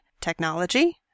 Technology